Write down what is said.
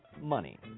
money